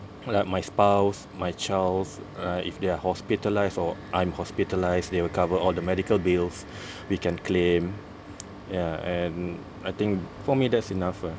like my spouse my child's uh if they're hospitalised or I'm hospitalised they will cover all the medical bills we can claim ya and I think for me that's enough lah